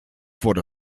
wurde